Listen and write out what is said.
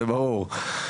זה ברור.